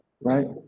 right